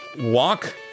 walk